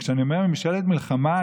כשאני אומר "ממשלת מלחמה",